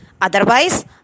Otherwise